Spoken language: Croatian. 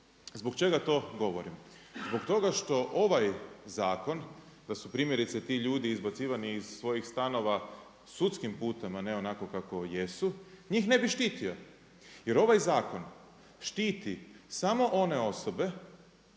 Zbog čega to govorim? Zbog toga što ovaj zakon da su primjerice ti ljudi izbacivani iz svojih stanova sudskim putem a ne onako kako jesu njih ne bi štitio. Jer ovaj zakon štiti samo one osobe